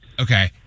okay